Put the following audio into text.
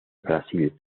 brasil